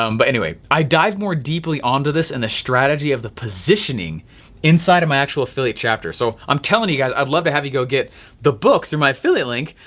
um but anyway, i dive more deeply onto this and the strategy of the positioning inside of actual affiliate chapter. so i'm telling you guys, i'd love have you go get the book through my affiliate link,